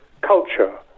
culture